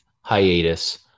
hiatus